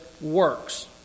works